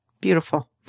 Beautiful